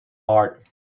art